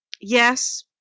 yes